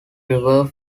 river